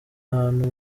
ahantu